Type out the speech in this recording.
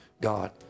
God